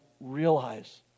realize